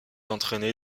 entraînée